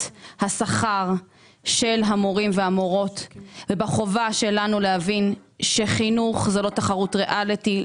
השכר של המורים והמורות ובחובה שלנו להבין שחינוך הוא לא תחרות ריאליטי,